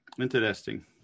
Interesting